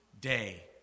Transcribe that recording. day